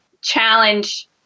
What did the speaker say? challenge